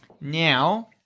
Now